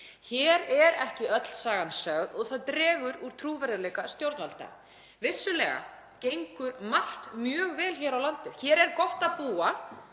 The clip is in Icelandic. Hér er ekki öll sagan sögð og það dregur úr trúverðugleika stjórnvalda. Vissulega gengur margt mjög vel hér á landi. Hér er gott að búa